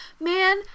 Man